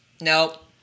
Nope